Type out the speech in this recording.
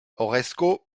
horresco